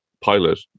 pilot